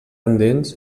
endins